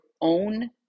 own